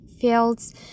fields